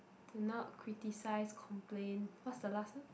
do not criticize complain what's the last C